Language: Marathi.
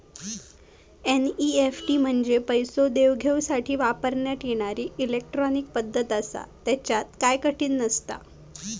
एनईएफटी म्हंजे पैसो देवघेवसाठी वापरण्यात येणारी इलेट्रॉनिक पद्धत आसा, त्येच्यात काय कठीण नसता